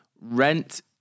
rent